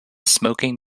smoking